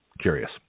Curious